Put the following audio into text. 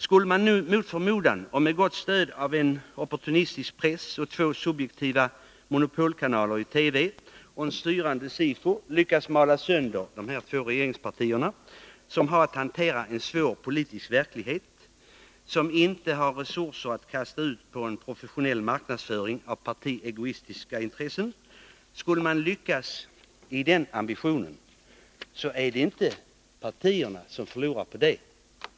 Skulle oppositionen mot förmodan — med gott stöd av en opportunistisk press, två subjektiva monopolkanaler i TV och ett styrande SIFO — lyckas mala sönder de två regeringspartierna, som har att hantera en svår politisk verklighet och som inte har resurser att satsa på en professionell marknadsföring i partiegoistiskt intresse, så är det inte regeringspartierna som förlorar på detta.